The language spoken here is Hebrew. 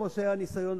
כמו שהיה ניסיון,